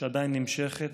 שעדיין נמשכת.